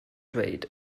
dweud